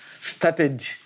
started